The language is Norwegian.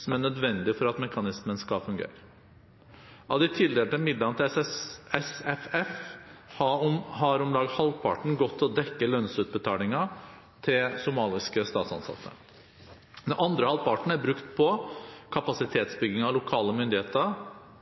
som er nødvendig for at mekanismen skal fungere. Av de tildelte midlene til SFF har om lag halvparten gått til å dekke lønnsutbetalinger til somaliske statsansatte. Den andre halvparten er brukt på kapasitetsbygging av lokale myndigheter